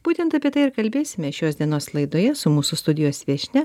būtent apie tai ir kalbėsime šios dienos laidoje su mūsų studijos viešnia